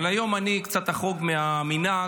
אבל היום אני אחרוג קצת מהמנהג,